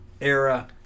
era